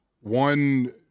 one